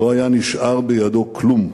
לא היה נשאר בידו כלום.